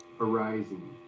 arising